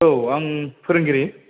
औ आं फोरोंगिरि